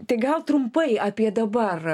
tai gal trumpai apie dabar